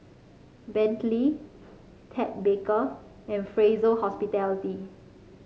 Bentley Ted Baker and Fraser Hospitality